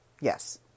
Yes